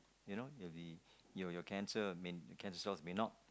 you know you cancer cancer cells may not